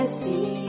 see